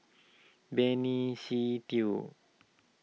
Benny Se Teo